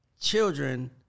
children